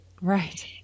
Right